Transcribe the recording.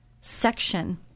section